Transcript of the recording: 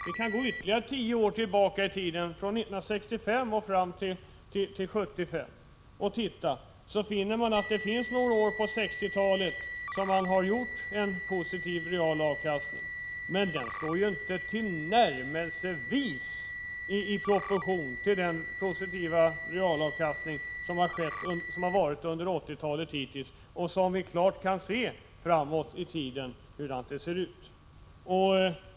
Vi kan gå ytterligare några år tillbaka i tiden och se på utvecklingen under åren 1965 till 1975. Vi finner då att det under några år på 60-talet var en positiv realavkastning. Men denna står ju inte tillnärmelsevis i proportion till den positiva realavkastning som förekommit hittills under 80-talet och som 2S med säkerhet kommer att fortsätta framöver.